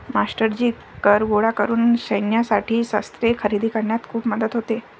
मास्टरजी कर गोळा करून सैन्यासाठी शस्त्रे खरेदी करण्यात खूप मदत होते